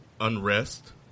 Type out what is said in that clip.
unrest